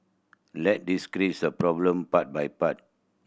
let's this problem part by part